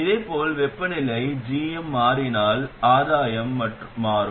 இதேபோல் வெப்பநிலை gm மாறினால் ஆதாயம் மாறும்